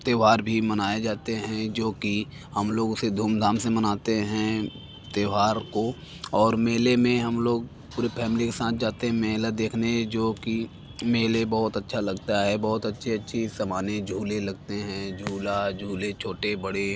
त्यौहार भी मनाए जाते हैं जो कि हम लोग उसे धूम धाम से मनाते हैं त्यौहार को और मेले में हम लोग पूरे फैमिली के साथ जाते हैं मेला देखने जो कि मेले बहुत अच्छा लगता है बहुत अच्छे अच्छे सामान झूले लगते हैं झूला झूले छोटे बड़े